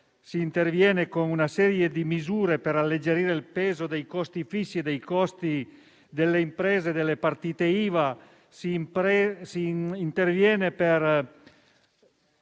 si interviene con una serie di misure finalizzate ad alleggerire il peso dei costi fissi e dei costi delle imprese e delle partite IVA.